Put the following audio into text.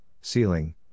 ceiling